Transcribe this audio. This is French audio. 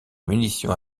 munitions